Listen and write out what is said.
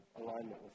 alignment